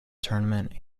tournament